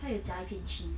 它有夹一片 cheese